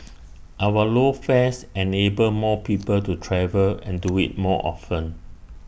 our low fares enable more people to travel and do IT more often